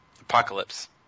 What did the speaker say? Apocalypse